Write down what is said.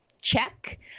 check